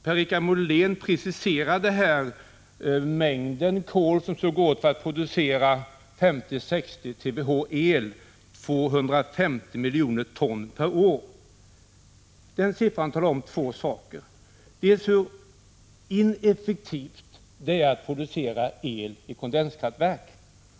Per-Richard Molén preciserade hur mycket kol som går åt för att producera 50-60 TWh el, 250 miljoner ton per år. Den siffran talar om två saker. För det första är det ineffektivt att producera el i kondenskraftverk.